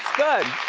good.